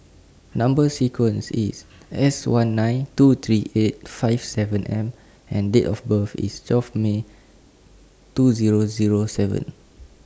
Number sequence IS S one nine two three eight five seven M and Date of birth IS twelve May two Zero Zero seven